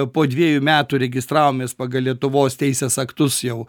po dviejų metų registravomės pagal lietuvos teisės aktus jau